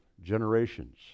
generations